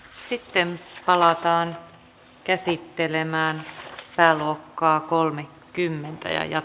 sitten palataan käsittelemään sitä luokkaa kolme kymmentä ja